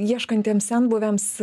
ieškantiems senbuviams